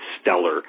stellar